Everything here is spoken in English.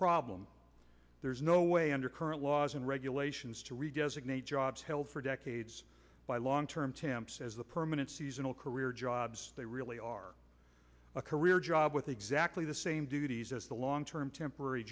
problem there's no way under current laws and regulations to read designate jobs held for decades by long term temps as a permanent seasonal career jobs they really are a career job with exactly the same duties as the long term temporary